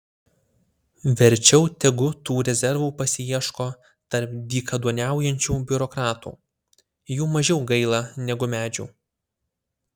verčiau tegu tų rezervų pasiieško tarp dykaduoniaujančių biurokratų jų mažiau gaila negu medžių